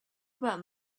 about